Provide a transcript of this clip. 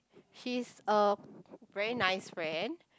she's a very nice friend